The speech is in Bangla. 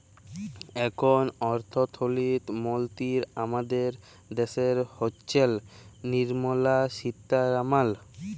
এখল অথ্থলিতি মলতিরি আমাদের দ্যাশের হচ্ছেল লির্মলা সীতারামাল